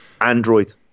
Android